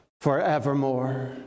forevermore